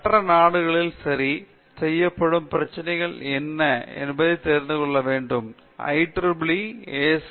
மற்ற நாடுகளால் சரி செய்யப்படும் பிரச்சனை என்னவென்றால் நமது நாட்டில் மற்ற ஆராய்ச்சி நிறுவனங்களில் உள்ள பிற குழுக்கள் உலகில் சரி நம் கண்டத்தில்